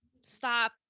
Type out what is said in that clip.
stop